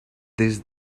des